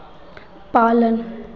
पालन